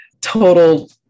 total